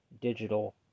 digital